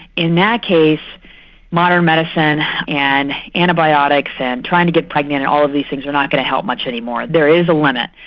in that case modern medicine and antibiotics and trying to get pregnant and all of these things are not going to help much anymore. there is a limit.